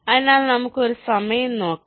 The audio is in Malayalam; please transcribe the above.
അതിനാൽ നമുക്ക് ഒരു സമയം നോക്കാം